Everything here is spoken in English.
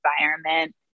environment